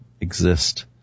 exist